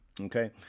Okay